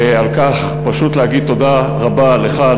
ועל כך פשוט להגיד תודה רבה לך,